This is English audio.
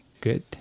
good